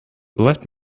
let